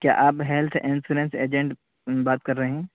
کیا آپ health insurance agent بات کر رہے ہیں